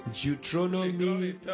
Deuteronomy